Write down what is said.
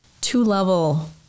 two-level